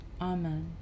amen